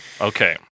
Okay